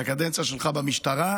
את הקדנציה שלך במשטרה,